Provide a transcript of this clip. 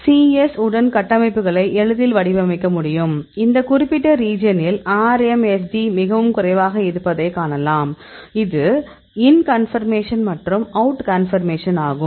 C S உடன் கட்டமைப்புகளை எளிதில் வடிவமைக்க முடியும் இந்த குறிப்பிட்ட ரீஜியனில் RMSD மிகவும் குறைவாக இருப்பதை காணலாம் இது இன் கன்பர்மேஷன் மற்றும் இந்த அவுட் கன்பர்மேஷன் ஆகும்